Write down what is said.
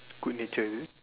good nature is it